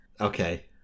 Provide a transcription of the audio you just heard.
Okay